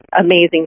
amazing